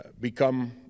become